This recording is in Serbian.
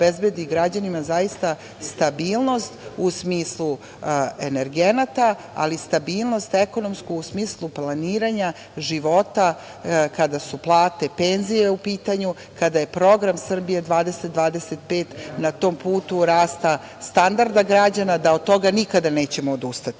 obezbedi građanima zaista stabilnost u smislu energenata, ali i stabilnost ekonomku u smislu planiranja života kada su plate i penzije u pitanju, kada je program Srbija 2025 na tom putu rasta standarda građana, da od toga nikada nećemo odustati. Predlog